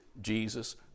Jesus